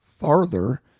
farther